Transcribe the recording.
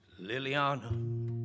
Liliana